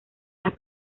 las